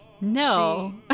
No